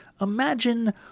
imagine